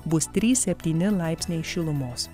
bus trys septyni laipsniai šilumos